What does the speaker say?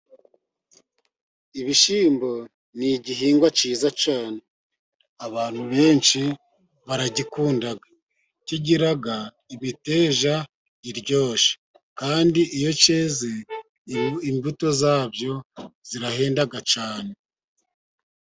Ibishyimbo ni igihingwa cyiza cyane, abantu benshi baragikunda, kigira imiteja iryoshye kandi iyo cyeze imbuto zabyo zirahenda cyane.